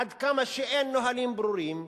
עד כמה שאין נהלים ברורים,